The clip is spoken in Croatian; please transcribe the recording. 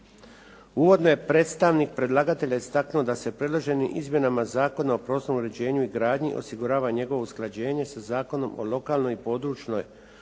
Uvodno je predstavnik predlagatelja istaknuo da se predloženi izmjenama Zakona o prostornom uređenju i gradnji osigurava njegovo usklađenje sa Zakonom o lokalnoj, područnoj